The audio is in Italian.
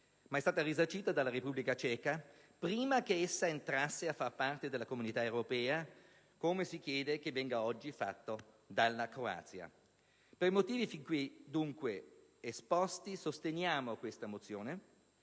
soddisfacente, dalla Repubblica Ceca prima che essa entrasse a far parte della Comunità europea, come si chiede che venga fatto oggi dalla Croazia. Per i motivi fin qui quindi esposti, sosteniamo questa mozione,